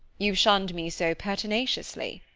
you've shunned me so pertinaciously.